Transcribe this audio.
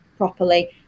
properly